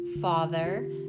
Father